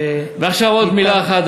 עכשיו עוד מילה אחת.